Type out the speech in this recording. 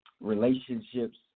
relationships